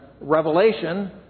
Revelation